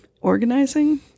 organizing